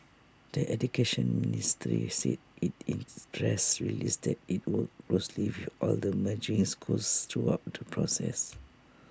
the Education Ministry said IT in press release that IT worked closely with all the merging schools throughout the process